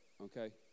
okay